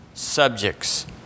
subjects